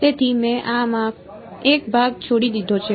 તેથી મેં આ માં એક ભાગ છોડી દીધો છે